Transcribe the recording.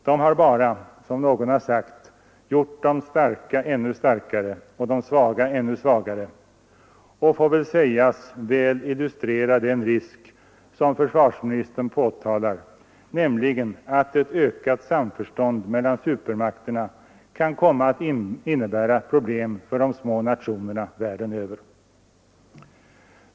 De har bara, som någon sagt, gjort de starka ännu starkare och de svaga ännu svagare, vilket nog får sägas väl illustrera den risk som försvarsministern påtalar, nämligen att ett ökat samförstånd mellan supermakterna kan komma att innebära problem för de små nationerna världen över.